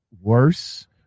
worse